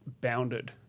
bounded